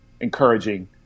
encouraging